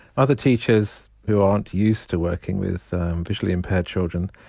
other teachers who aren't used to working with visually impaired children,